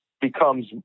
becomes